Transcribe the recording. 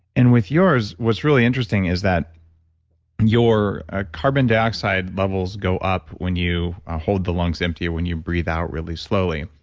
and with yours, what's really interesting is that your ah carbon dioxide levels go up when you hold the lungs empty or when you breathe out really slowly.